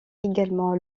également